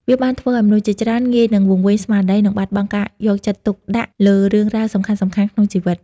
វាបានធ្វើឲ្យមនុស្សជាច្រើនងាយនឹងវង្វេងស្មារតី និងបាត់បង់ការយកចិត្តទុកដាក់លើរឿងរ៉ាវសំខាន់ៗក្នុងជីវិត។